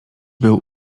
był